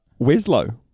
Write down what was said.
Weslow